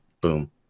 Boom